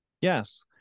Yes